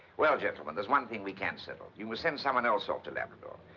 well, gentlemen, there's one thing we can settle. you must send someone else off to labrador.